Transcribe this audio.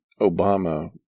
Obama